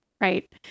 Right